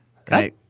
okay